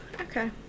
Okay